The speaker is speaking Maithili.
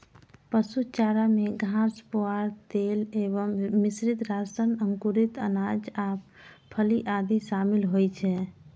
पशु चारा मे घास, पुआर, तेल एवं मिश्रित राशन, अंकुरित अनाज आ फली आदि शामिल होइ छै